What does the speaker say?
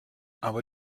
aber